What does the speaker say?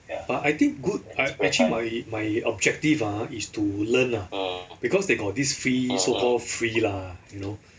but I think good actually my my objective ah is to learn because they got this free so call free lah you know